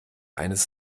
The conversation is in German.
eines